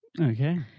okay